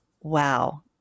wow